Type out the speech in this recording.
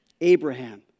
Abraham